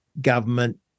government